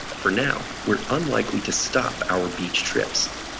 for now we're unlikely to stop our beach trips,